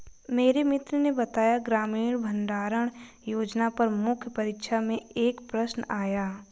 मेरे मित्र ने बताया ग्रामीण भंडारण योजना पर मुख्य परीक्षा में एक प्रश्न आया